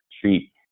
treat